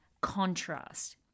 contrast